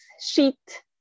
sheet